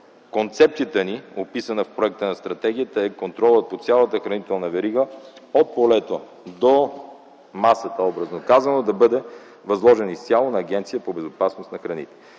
Концепцията ни, описана в проекта на стратегията е контролът по цялата хранителна верига – от полето до масата, образно казано, да бъде възложен изцяло на Агенцията по безопасност на храните.